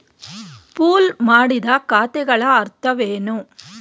Pool ಮಾಡಿದ ಖಾತೆಗಳ ಅರ್ಥವೇನು?